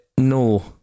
No